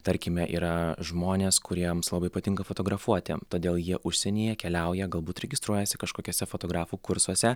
tarkime yra žmonės kuriems labai patinka fotografuoti todėl jie užsienyje keliauja galbūt registruojasi kažkokiuose fotografų kursuose